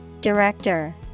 Director